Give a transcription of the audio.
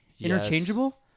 interchangeable